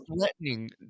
threatening